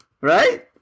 Right